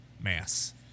Mass